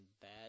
bad